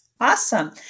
Awesome